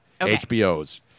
hbo's